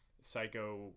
psycho